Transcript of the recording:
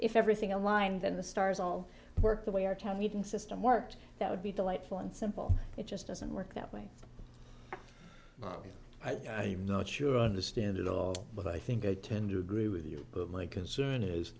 if everything aligned then the stars all work the way our town meeting system worked that would be delightful and simple it just doesn't work that way i did not sure understand it all but i think i tend to agree with you but my concern is